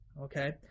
Okay